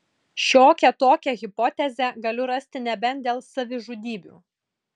šiokią tokią hipotezę galiu rasti nebent dėl savižudybių